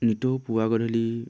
নিতৌ পূৱা গধূলি